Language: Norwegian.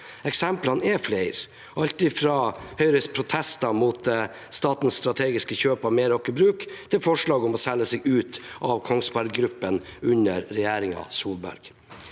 Eksemplene er flere: alt fra Høyres protester mot statens strategiske kjøp av Meraker Brug til forslag om å selge seg ut av Kongsberg Gruppen under regjeringen Solberg.